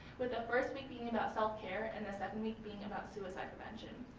with the first week being about self care and the second week being about suicide prevention.